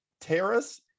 Terrace